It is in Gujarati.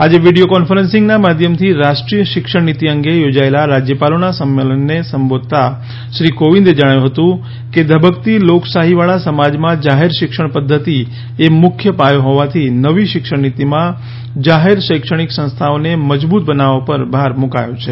આજે વીડિયો કોન્ફરન્સિંગના માધ્યમથી રાષ્ટ્રીય શિક્ષણ નીતિ અંગે યોજાયેલા રાજ્યપાલોના સંમેલનને સંબોધન કર તા શ્રી કોવિંદે જણાવ્યું હતુ કે ધબકતી લોકશાહીવાળા સમાજમાં જાહેર શિક્ષણ પદ્ધતિએ મુખ્ય પાયો હોવાથી નવી શિક્ષણનીતિમાં જાહેર શૈક્ષણિક સંસ્થાઓને મજબૂત બનાવવા ઉપર ભાર મૂકાયો છે